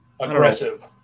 aggressive